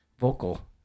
vocal